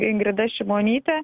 ingrida šimonytė